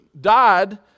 died